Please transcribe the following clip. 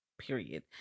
period